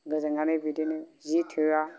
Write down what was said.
गोजांनानै बिदिनो जि थोया